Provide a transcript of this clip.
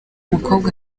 mukobwa